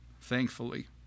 thankfully